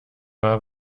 wahr